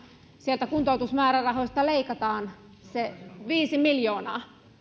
sieltä kuntoutusmäärärahoista leikataan se viisi miljoonaa